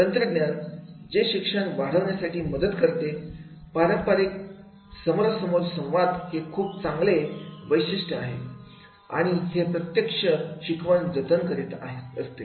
तंत्रज्ञान जे शिक्षण वाढवण्यासाठी मदत करते पारंपारिक समोरासमोर संवाद हे खूप चांगले वैशिष्ट्ये आहे आहे आणि हे प्रत्येक्ष शिकवण जतन करीत असते